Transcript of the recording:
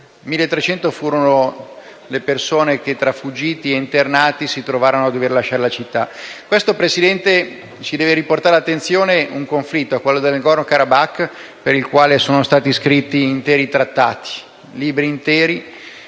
1.300 furono le persone che, tra fuggiti ed internati, si trovarono a dover lasciare la città. Questo, signor Presidente, ci deve riportare all'attenzione un conflitto, quello del Nagorno Karabakh, sul quale sono stati scritti interi libri e